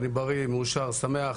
אני בריא, מאושר ושמח.